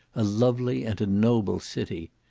a lovely and a noble city.